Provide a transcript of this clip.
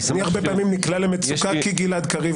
אני הרבה פעמים נקלע למצוקה כי גלעד קריב פה.